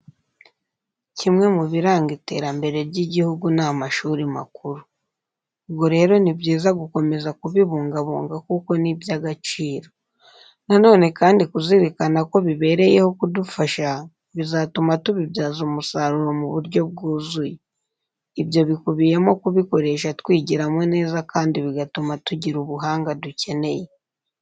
Kimwe mu biranga iterambere ry'igihugu ni amashuri makuru. Ubwo rero ni byiza gukomeza kubibungabunga kuko ni iby'agaciro. Na none kandi kuzirikana ko bibereyeho kudufasha bizatuma tubibyaza umusaruro mu buryo bwuzuye. Ibyo bikubiyemo kubikoresha twigiramo neza kandi bigatuma tugira ubuhanga dukeneye.